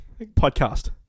podcast